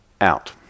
out